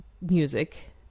music